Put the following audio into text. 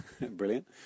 Brilliant